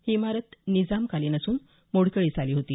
ही इमारत निजामकालीन असून मोडकळीस आली होती